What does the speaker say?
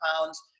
pounds